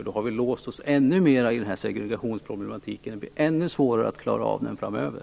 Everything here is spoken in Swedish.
Då har vi låst oss ännu mera i denna segregationsproblematik, och det blir ännu svårare att klara av den framöver.